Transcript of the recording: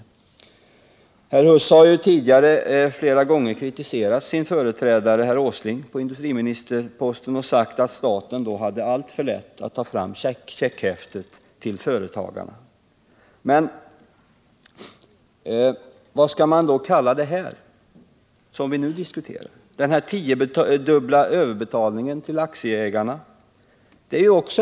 Herr Huss har ju tidigare flera gånger kritiserat sin företrädare på industriministerposten, herr Åsling, och sagt att staten på hans tid hade alltför lätt att ta fram checkhäftet till företagarna. Men vad skall man då kalla den tiodubbla överbetalning till aktieägarna som vi nu diskuterar?